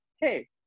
hey